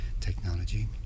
technology